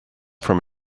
from